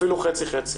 אפילו חצי-חצי.